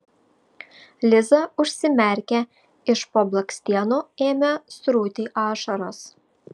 liza užsimerkė iš po blakstienų ėmė srūti ašaros